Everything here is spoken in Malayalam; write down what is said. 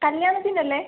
കല്ല്യാണത്തിനല്ലേ